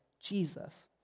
Jesus